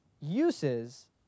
uses